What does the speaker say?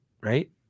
right